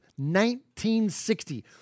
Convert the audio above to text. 1960